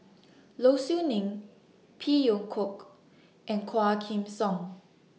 Low Siew Nghee Phey Yew Kok and Quah Kim Song